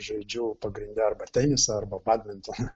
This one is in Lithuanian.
žaidžiau pagrinde arba tenisą arba badmintoną